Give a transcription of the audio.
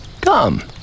Come